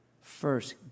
first